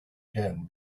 again